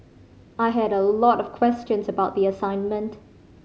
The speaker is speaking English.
I had a lot of questions about the assignment